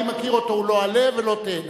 אני מכיר אותו, הוא לא עלה ולא תאנה.